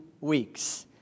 weeks